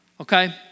okay